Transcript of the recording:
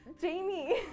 Jamie